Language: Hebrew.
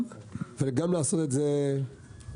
וגם לעשות את זה בחן,